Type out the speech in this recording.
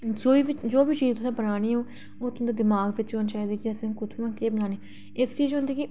जो बी चीज तुसें बनानी होग ते ओह् तुं'दे दमाग बिच होनी चाहिदी कि तुसें केह् बनानी इक चीज होंदी कि